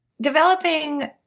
Developing